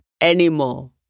anymore